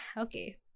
Okay